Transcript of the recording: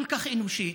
כל כך אנושית,